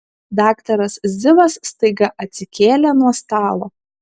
daktaras zivas staiga atsikėlė nuo stalo